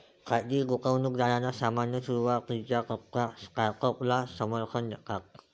खाजगी गुंतवणूकदार सामान्यतः सुरुवातीच्या टप्प्यात स्टार्टअपला समर्थन देतात